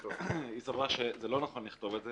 היא סברה שזה לא נכון לכתוב את זה,